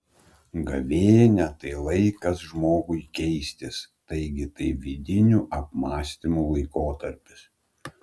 gavėnia tai laikas žmogui keistis taigi tai vidinių apmąstymų laikotarpis